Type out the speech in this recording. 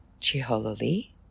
Chihololi